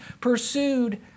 pursued